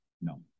No